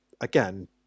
again